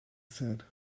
said